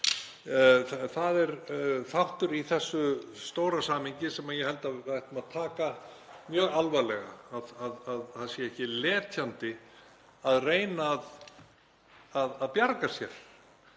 það er þáttur í þessu stóra samhengi sem ég held að við ættum að taka mjög alvarlega, að það sé ekki letjandi að reyna að bjarga sér.